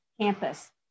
campus